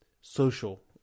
social